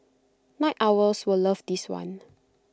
night owls will love this one